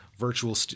virtual